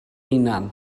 hunan